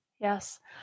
Yes